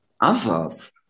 Others